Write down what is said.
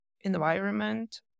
environment